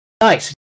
nice